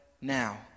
now